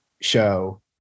show